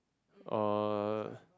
or